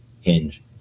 Hinge